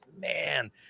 man